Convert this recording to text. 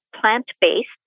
plant-based